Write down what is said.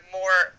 more